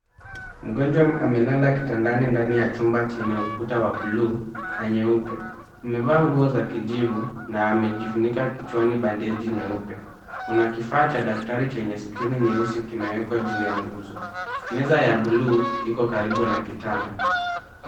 Mgonjwa amelala kitandani ndani ya chumba chenye ukuta wa buluu na nyeupe. Amevaa nguo za kijivu na amejifunika kichwani bendeji nyeupe. Kuna kifaa cha daktari chenye skrini nyeusi kimewekwa juu ya nguzo. Meza ya buluu iko karibu na kitanda.